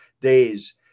days